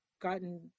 gotten